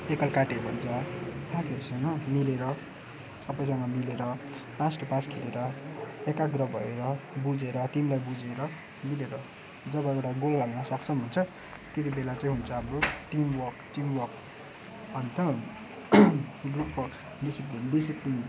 एकलकाटे भन्छ साथीहरूसँग मिलेर सबैजना मिलेर पास टु पास खेलेर एकाग्र भएर बुझेर टिमलाई बुझेर मिलेर जब एउटा गोल हाल्न सक्षम हुन्छ त्यति बेला चाहिँ हुन्छ हाम्रो टिमवर्क टिमवर्क अन्त ग्रुप अफ डिसिप्लिन डिसिप्लिन